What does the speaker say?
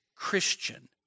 Christian